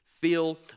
feel